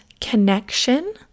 connection